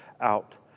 out